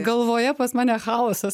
galvoje pas mane chaosas